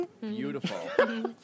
Beautiful